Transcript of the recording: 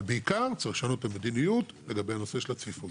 אבל בעיקר צריך לשנות את המדיניות לדבר על הנושא של הצפיפויות.